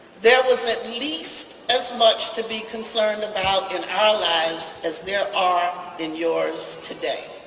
there was at least as much to be concerned about in our lives as there are in yours today